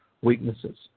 weaknesses